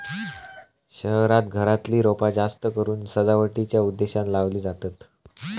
शहरांत घरातली रोपा जास्तकरून सजावटीच्या उद्देशानं लावली जातत